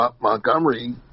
Montgomery